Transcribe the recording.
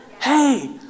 Hey